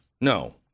no